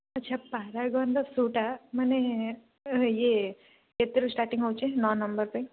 ଆଛା ପରାଗନ ର ଶୁଜ ଟା ମାନେ ଇଏ କେତେ ରୁ ସ୍ଟାର୍ଟିଂ ହେଉଛି ନଅ ନମ୍ବର ପାଇଁ